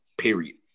period